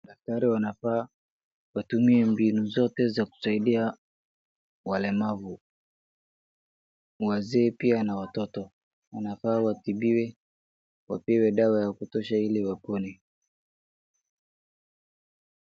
Daktari wanafaa watumie mbinu zote za kusaidia walemavu. Wazee pia na watoto wanafaa watibiwe, wapewe dawa ya kutosha ili wapone.